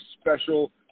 special